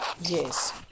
Yes